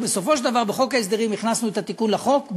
ובסופו של דבר בחוק ההסדרים הכנסנו את התיקון לחוק,